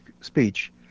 speech